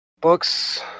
books